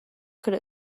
could